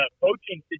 coaching